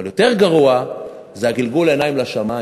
אבל יותר גרוע גלגול העיניים לשמים,